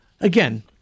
Again